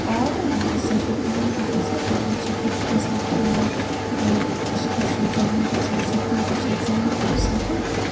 order مگر سۄ چھِ تیوٗتاہ اَصٕل تمہِ سۭتۍ چھِ بُتھ گَژھان ٹھیٖک یِم خۄشکی چھے ژَلان تمہِ سۭتۍ سفیدی چھے ژَلان تمہِ سۭتۍ